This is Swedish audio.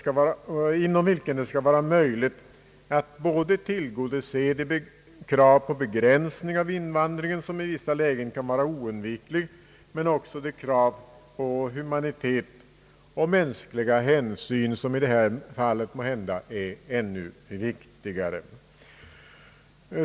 utlänningspolitiken, m.m. det skall vara möjligt att tillgodose de krav på begränsning av invandringen som i vissa lägen kan vara oundvikliga, men också de krav på humanitet och mänskliga hänsyn som i detta fall måhända är ännu viktigare.